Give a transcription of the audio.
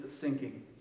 sinking